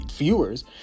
Viewers